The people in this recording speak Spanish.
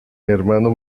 hermano